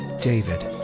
David